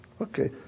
Okay